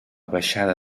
baixada